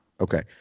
Okay